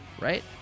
right